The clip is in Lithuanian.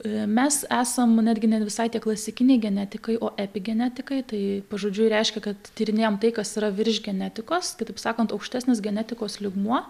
mes esam netgi ne visai tie klasikiniai genetikai o epigenetikai tai pažodžiui reiškia kad tyrinėjame tai kas yra virš genetikos kitaip sakant aukštesnis genetikos lygmuo